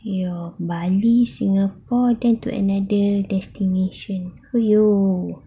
ya bali singapore then to another destination !aiyo!